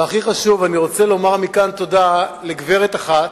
והכי חשוב: אני רוצה לומר מכאן תודה לגברת אחת,